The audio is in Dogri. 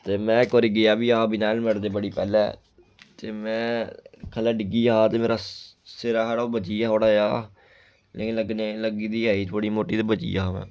ते में इक बारी गेआ बी हा बिना हेलमेट ते बड़ी पैह्ले ते में खल्लै डिग्गी गेआ ते मेरा सिरा हा ओह् बची गेआ थोह्ड़ा जेहा लेकिन लग्गने लग्गी दी आई थोह्ड़ी मोटो ते बची गेआ हा में